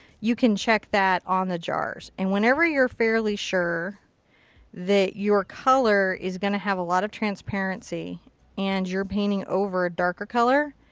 you can check that on the jars. and whenever you're fairly sure that your color is going to have a lot of transparency and your painting over a darker color,